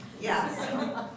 Yes